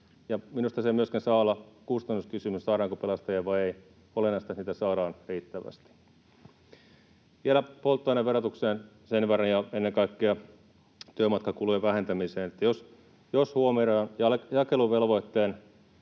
Minusta se ei myöskään saa olla kustannuskysymys, saadaanko pelastajia vai ei. Olennaista on, että niitä saadaan riittävästi. Vielä polttoaineverotukseen sen verran ja ennen kaikkea työmatkakulujen vähentämiseen, että jos huomioidaan jakeluvelvoitteen